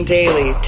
daily